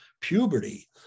puberty